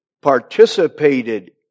participated